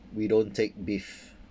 we don't take beef